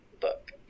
book